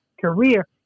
career